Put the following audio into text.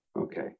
Okay